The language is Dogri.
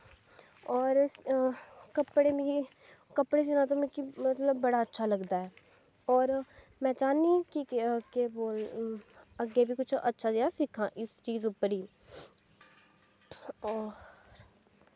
और कपड़े मिगी कपड़े सीना ते मिगी बड़ा अच्छा लगदा ऐ और में चाह्न्नी कि केह् अग्गें बी अच्छा जेहा सिक्खां इस चीज़ उप्पर इ हां